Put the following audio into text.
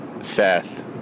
Seth